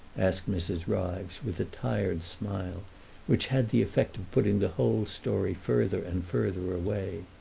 asked mrs. ryves, with a tired smile which had the effect of putting the whole story further and further away.